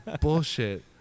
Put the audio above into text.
bullshit